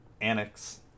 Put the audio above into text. Annex